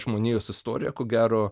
žmonijos istorija ko gero